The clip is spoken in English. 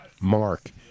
mark